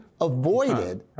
avoided